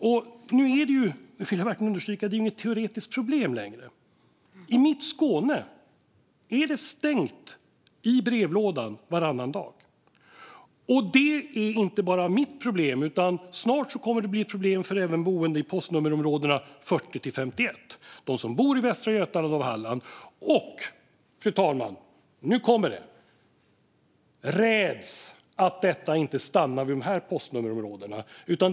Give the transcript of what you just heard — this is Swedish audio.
Jag vill verkligen understryka att detta inte längre är något teoretiskt problem. I mitt Skåne är det stängt i brevlådan varannan dag. Det är inte bara mitt problem, utan snart kommer det att bli ett problem även för boende i postnummerområdena 40-51 i Västra Götaland och Halland. Och, fru talman, nu kommer det: Räds att detta inte stannar vid de här postnummerområdena!